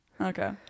Okay